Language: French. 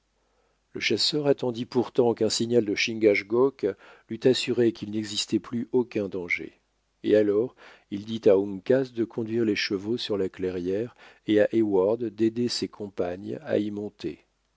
le chasseur attendit pourtant qu'un signal de chingachgook l'eût assuré qu'il n'existait plus aucun danger et alors il dit à uncas de conduire les chevaux sur la clairière et à ew daider ses compagnes à y monter